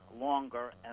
longer